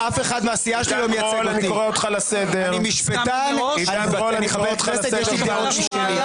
מאשים אותו בהאשמות שונות ומשונות